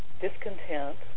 discontent